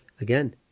again